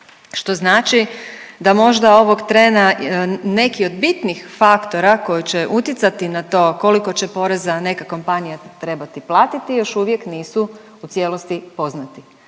što znači da možda ovog trena neki od bitnih faktora koji će utjecati na to koliko će poreza neka kompanija trebati platiti, još uvijek nisu u cijelosti poznati.